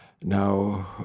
Now